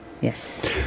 yes